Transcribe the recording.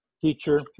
teacher